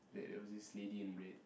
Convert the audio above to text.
that there was this lady in red